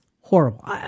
horrible